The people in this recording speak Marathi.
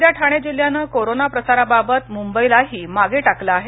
सध्या ठाणे जिल्ह्यानं कोरोना प्रसाराबाबत मुंबईलाही मागे टाकलं आहे